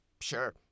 sure